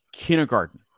kindergarten